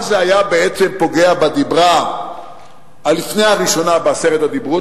אז זה היה בעצם פוגע בדיבר לפני הראשון בעשרת הדיברות,